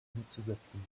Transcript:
umzusetzen